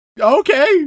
okay